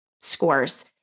scores